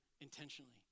intentionally